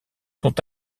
sont